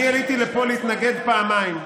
אני עליתי לפה להתנגד פעמיים.